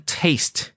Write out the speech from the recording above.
taste